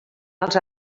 els